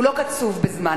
הוא לא קצוב בזמן,